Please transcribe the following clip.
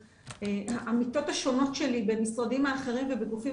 העמיתות השונות שלי במשרדים האחרים ובגופים